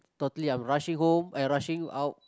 totally I'm rushing home eh rushing out